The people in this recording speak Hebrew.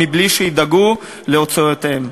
מבלי שידאגו להוצאותיהם.